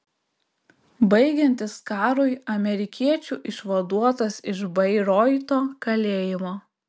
baigiantis karui amerikiečių išvaduotas iš bairoito kalėjimo